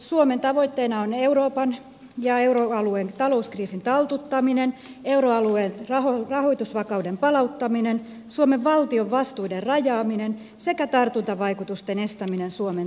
suomen tavoitteena on euroopan ja euroalueen talouskriisin taltuttaminen euroalueen rahoitusvakauden palauttaminen suomen valtion vastuiden rajaaminen sekä tartuntavaikutusten estäminen suomen talouteen